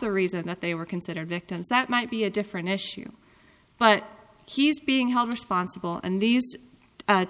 the reason that they were considered victims that might be a different issue but he's being held responsible and these